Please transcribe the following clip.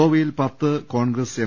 ഗോവയിൽ പത്ത് കോൺഗ്രസ് എം